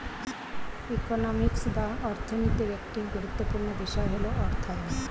economics বা অর্থনীতির একটি গুরুত্বপূর্ণ বিষয় হল অর্থায়ন